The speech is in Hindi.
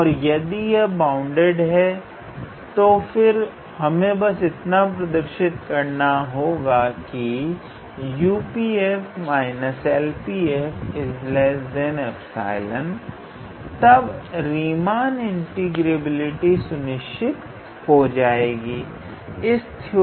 और यदि यह बाउंडेड है तो फिर हमें बस इतना प्रदर्शित करना होगा कि 𝑈𝑃 𝑓 − 𝐿𝑃 𝑓 𝜖 और तब रीमान इंटीग्रेबिलिटी सुनिश्चित हो जाएगी